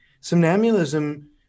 Somnambulism